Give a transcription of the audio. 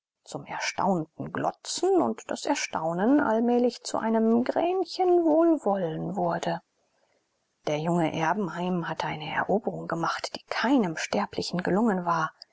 zum erstaunten glotzen und das erstaunen allmählich zu einem gränchen wohlwollen wurde der junge erbenheim hatte eine eroberung gemacht die keinem sterblichen gelungen war